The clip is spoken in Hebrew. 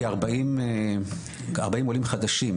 כ-40 עולים חדשים,